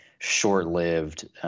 short-lived